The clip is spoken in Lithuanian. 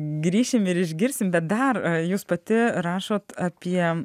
grįšim ir išgirsim bet dar jūs pati rašot apie